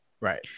Right